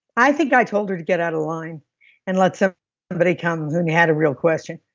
i think i told her to get out of line and let so somebody come who and had a real question.